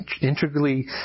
integrally